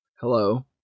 Hello